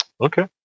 Okay